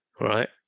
Right